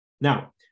Now